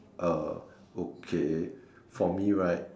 uh okay for me right